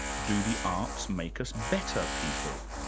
do the arts make us better people?